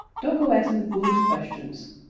don't go askin' fulish questions.